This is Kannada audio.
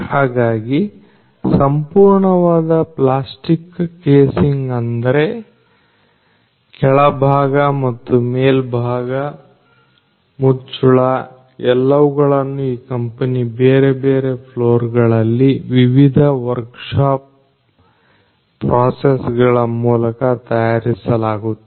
ಹಾಗಾಗಿ ಸಂಪೂರ್ಣವಾದ ಪ್ಲಾಸ್ಟಿಕ್ ಕೇಸಿಂಗ್ ಅಂದರೆ ಕೆಳಭಾಗ ಮತ್ತು ಮೇಲ್ಬಾಗ ಮುಚ್ಚುಳ ಎಲ್ಲವುಗಳನ್ನು ಈ ಕಂಪನಿಯ ಬೇರೆ ಬೇರೆ ಫ್ಲೋರ್ ಗಳಲ್ಲಿ ವಿವಿಧ ವರ್ಕ್ ಶಾಪ್ ಪ್ರಾಸೆಸ್ ಗಳ ಮೂಲಕ ತಯಾರಿಸಲಾಗುತ್ತದೆ